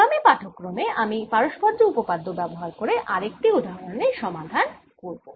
আগামি পাঠক্রমে আমি পারস্পর্য্য উপপাদ্য ব্যবহার করে আরেকটি উদাহরন এর সমাধান করব